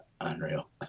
Unreal